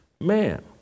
man